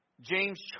James